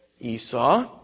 Esau